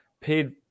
paid